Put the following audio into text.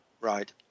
Right